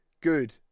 Good